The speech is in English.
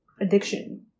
Addiction